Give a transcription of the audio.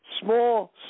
small